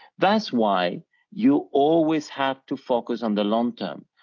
that's why you always have to focus on the long term,